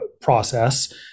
process